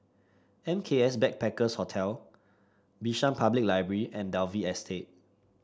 M K S Backpackers Hostel Bishan Public Library and Dalvey Estate